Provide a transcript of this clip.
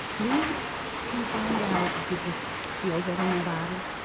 we can find out did this feel good in my body?